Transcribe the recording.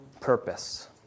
purpose